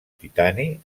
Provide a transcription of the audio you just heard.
titani